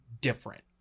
different